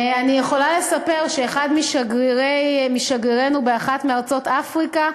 אני יכולה לספר שאחד משגרירינו באחת מארצות אפריקה,